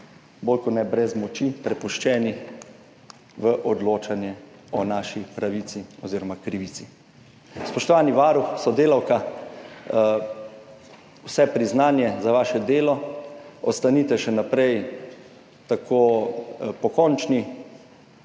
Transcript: bolj kot ne brez moči, prepuščeni v odločanje o naši pravici oziroma krivici. Spoštovani varuh, sodelavka, vse priznanje za vaše delo, ostanite še naprej tako pokončni